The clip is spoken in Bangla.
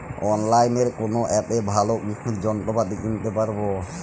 অনলাইনের কোন অ্যাপে ভালো কৃষির যন্ত্রপাতি কিনতে পারবো?